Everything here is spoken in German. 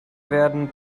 werden